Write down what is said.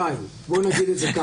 פרופ' פרידמן, ראשית תודה על הדברים.